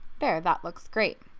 there, that looks great.